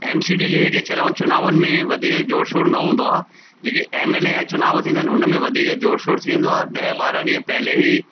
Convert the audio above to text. MCD जा जेके चुनावन में वधीक ज़ोर शोर न हूंदो आहे जेके एमएलए जा चुनाव थींदा आहिनि हुन में वधीक ज़ोर शोर थी वेंदो आहे ॿारहं ॾींहं पहिरियों ई